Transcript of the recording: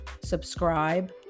subscribe